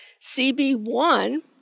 CB1